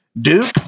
Duke